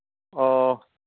ꯑꯣ